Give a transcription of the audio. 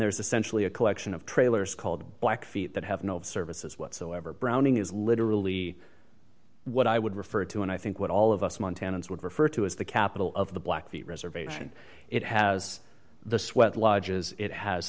there's essentially a collection of trailers called blackfeet that have no services whatsoever browning is literally what i would refer to and i think what all of us montanans would refer to as the capital of the blackfeet reservation it has the sweat lodges it has